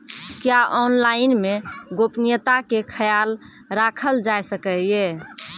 क्या ऑनलाइन मे गोपनियता के खयाल राखल जाय सकै ये?